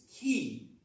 key